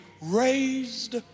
raised